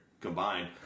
Combined